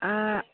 ꯑꯥ